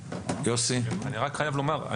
אני רק חייב לומר,